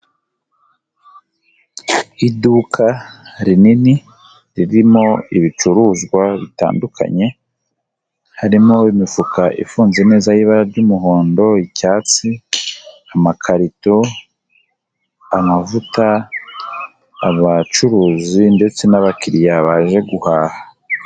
Iduka rinini ririmo ibicuruzwa bitandukanye, harimo imifuka ifunze neza y'ibara ry'umuhondo, icyatsi, amakarito, amavuta, abacuruzi ndetse n'abakiriya baje guhaha.